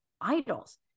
idols